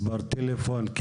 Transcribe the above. מספר טלפון,